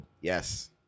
Yes